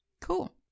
Cool